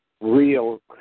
real